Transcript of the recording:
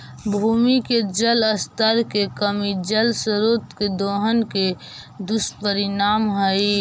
भूमि के जल स्तर के कमी जल स्रोत के दोहन के दुष्परिणाम हई